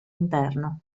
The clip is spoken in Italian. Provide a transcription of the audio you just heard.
interno